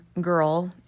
girl